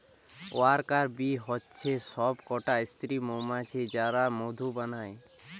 worker bee হচ্ছে সব কটা স্ত্রী মৌমাছি যারা মধু বানায়